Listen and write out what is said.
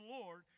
Lord